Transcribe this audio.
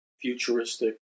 futuristic